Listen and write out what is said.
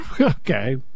Okay